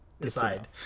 decide